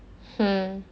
hmm